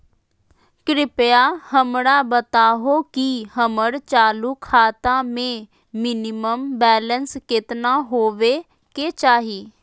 कृपया हमरा बताहो कि हमर चालू खाता मे मिनिमम बैलेंस केतना होबे के चाही